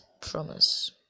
promise